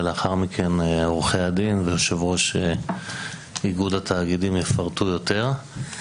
ולאחר מכן עורכי הדין ויושב-ראש איגוד התאגידים יפרטו יותר.